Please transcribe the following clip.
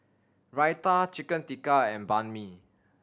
Raita Chicken Tikka and Banh Mi